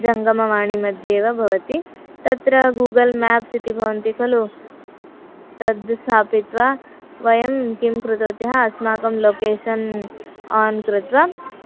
जङ्गमवाणीमध्ये एव भवति तत्र गूगल् मेप्स् इति भवन्ति खलु तद् स्थापित्वा वयं किं कृतवत्यः अस्माकं लोकेशन् आन् कृत्वा